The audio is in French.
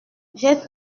j’ai